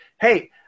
hey